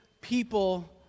people